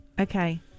Okay